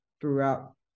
throughout